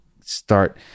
start